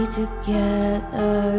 together